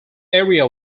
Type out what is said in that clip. area